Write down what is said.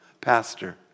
Pastor